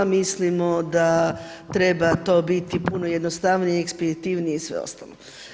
Mislimo da treba to biti puno jednostavnije, ekspeditivnije i sve ostalo.